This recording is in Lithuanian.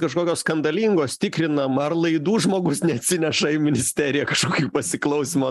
kažkokios skandalingos tikrinam ar laidų žmogus neatsineša į ministeriją kažkokių pasiklausymo